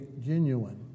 genuine